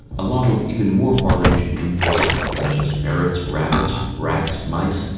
along with even more far-ranging imports such as ferrets, rabbits, rats, mice,